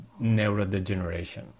neurodegeneration